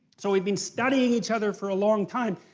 so we've been studying each other for a long time,